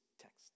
text